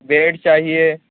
bed چاہیے